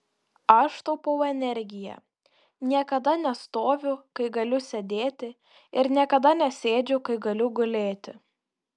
aš taupau energiją niekada nestoviu kai galiu sėdėti ir niekada nesėdžiu kai galiu gulėti